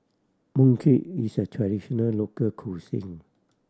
mooncake is a traditional local cuisine